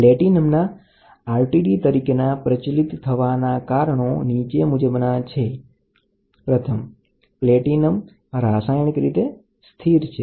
resistant temperature detector પ્લૅટિનમના પ્રચલિત થવાના કારણો નીચે મુજબ છે પ્લૅટિનમ રાસાયણિક રીતે સ્થિર છે